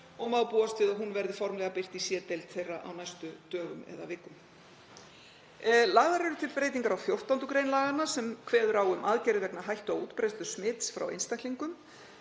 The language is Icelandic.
og má búast við að hún verði formlega birt í C-deild þeirra á næstu dögum eða vikum. Lagðar eru til breytingar á 14. gr. laganna sem kveður á um aðgerðir vegna hættu á útbreiðslu smits frá einstaklingum.